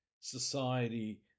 society